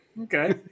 Okay